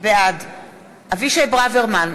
בעד אבישי ברוורמן,